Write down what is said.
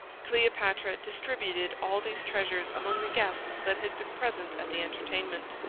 cleopatra distributed all these treasures among the guests that had been present at the entertainment.